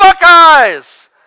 Buckeyes